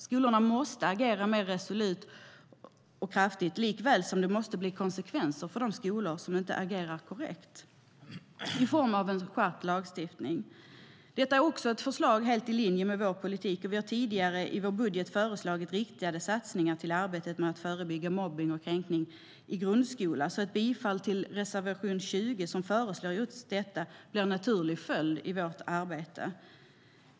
Skolorna måste agera mer resolut och kraftigt likväl som det måste bli konsekvenser för de skolor som inte agerar korrekt. Det måste ske i form av skärpt lagstiftning. Också detta är ett förslag helt i linje med vår politik. Vi har tidigare i vår budget föreslagit riktade satsningar på arbetet med att förebygga mobbning och kränkning i grundskolan. Ett bifall till reservation 20, som föreslår just detta, blir därför en naturlig följd av vårt arbete.